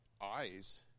eyes